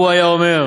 הוא היה אומר"